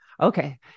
Okay